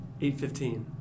8.15